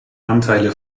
anteile